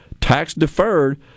tax-deferred